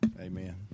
Amen